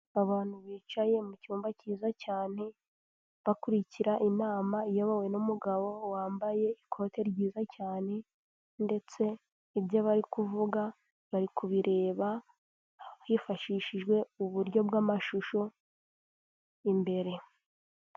Abantu bicaye mu cyumba kiza cyane bakurikira inama iyobowe n'umugabo wambaye ikote ryiza cyane ndetse ibyo bari kuvuga, bari kubireba hifashishijwe uburyo bw'amashusho imbere.